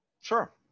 Sure